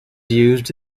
used